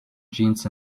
jeans